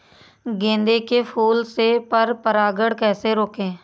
गेंदे के फूल से पर परागण कैसे रोकें?